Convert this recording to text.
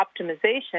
optimization